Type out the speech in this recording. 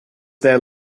their